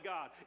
God